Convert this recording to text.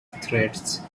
threats